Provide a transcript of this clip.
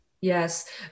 yes